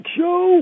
show